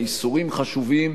האיסורים חשובים,